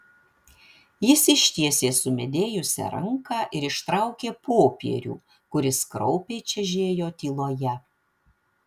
jis ištiesė sumedėjusią ranką ir ištraukė popierių kuris kraupiai čežėjo tyloje